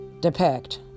depict